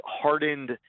hardened